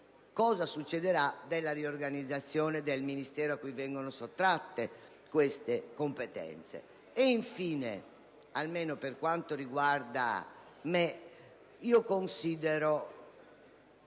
cosa succederà nella riorganizzazione del Ministero cui vengono sottratte queste competenze.